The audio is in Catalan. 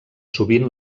sovint